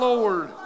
Lord